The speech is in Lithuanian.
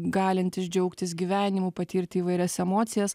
galintis džiaugtis gyvenimu patirti įvairias emocijas